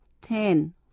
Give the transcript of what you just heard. ten